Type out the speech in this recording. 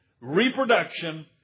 reproduction